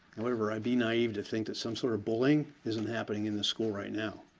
however, i'd be naive to think that some sort of bullying isn't happening in the school right now. a